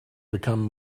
become